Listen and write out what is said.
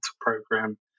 program